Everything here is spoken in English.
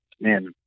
man